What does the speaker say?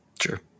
Sure